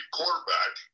quarterback